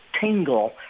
tingle